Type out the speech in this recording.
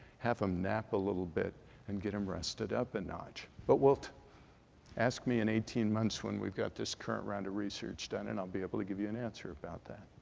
have them nap a little bit and get them rested up a notch. but ask me in eighteen months when we've got this current round of research done and i'll be able to give you an answer about that.